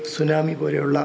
tsunami പോലെയുള്ള